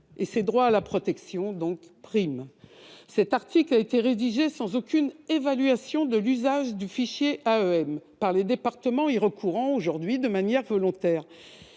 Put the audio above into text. et ses droits à la protection priment. Cet article a été rédigé sans qu'aucune évaluation soit faite de l'usage du fichier AEM par les départements y recourant déjà de manière volontaire.